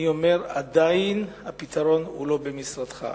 אני אומר שעדיין הפתרון לא במשרדך.